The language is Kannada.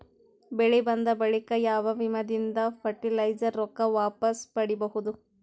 ಬೆಳಿ ಬಂದ ಬಳಿಕ ಯಾವ ವಿಮಾ ದಿಂದ ಫರಟಿಲೈಜರ ರೊಕ್ಕ ವಾಪಸ್ ಪಡಿಬಹುದು?